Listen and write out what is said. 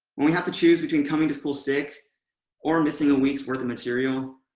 when we have to choose between coming to school sick or missing a week's worth of material.